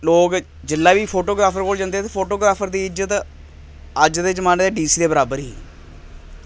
लोग जेल्लै बी फोटोग्राफर कोल जंदे ते फोटोग्राफर दी इज्जत अज्ज दे जमाने च डी सी दे बराबर ही